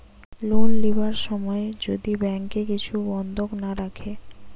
loan লিবার সময় যদি ব্যাংকে কিছু বন্ধক না রাখে